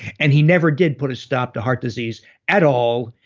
and he never did put a stop to heart disease at all.